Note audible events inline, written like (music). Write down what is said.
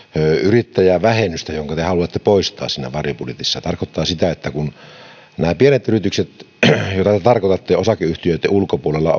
yrittäjävähennystä jonka te haluatte poistaa siinä varjobudjetissa niin tämä tarkoittaa sitä että kun nämä pienet yritykset osakeyhtiöitten ulkopuolella (unintelligible)